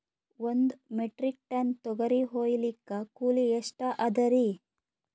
ಒಂದ್ metric ton ತೊಗರಿ ಹೋಯಿಲಿಕ್ಕ ಕೂಲಿ ಎಷ್ಟ ಅದರೀ?